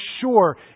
sure